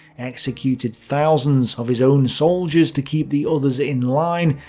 executed thousands of his own soldiers to keep the others in line,